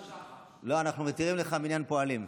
לא, אנחנו מתירים לך מניין פועלים.